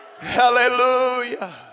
Hallelujah